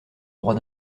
droits